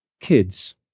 Kids